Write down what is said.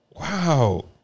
Wow